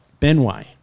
Benway